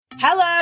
Hello